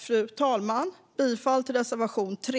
Jag yrkar bifall till reservation 3.